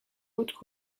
autres